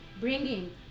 bringing